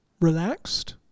...relaxed